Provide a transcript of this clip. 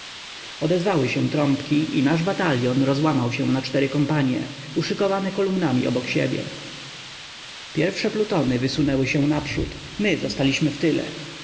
odezwały się trąbki i nasz batalion rozłamał się na cztery kompanie uszykowane kolumnami obok siebie pierwsze plutony wysunęły się naprzód my zostaliśmy wtyle